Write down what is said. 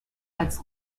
als